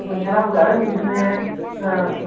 ꯎꯝ ꯁꯅꯥꯕꯨꯟ ꯑꯔꯪꯕꯗꯨꯝꯅꯦ ꯑꯥ